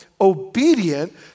obedient